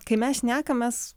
kai mes šnekamės